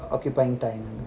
occupying time